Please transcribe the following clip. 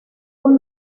con